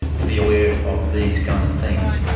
to be aware of these kinds of things.